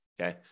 okay